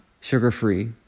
sugar-free